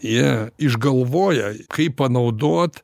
jie išgalvoja kaip panaudot